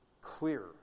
clear